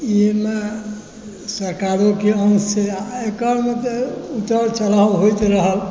एहिमे सरकारोके अंश अइ आओर एकरमे तऽ उतार चढ़ाव होइत रहल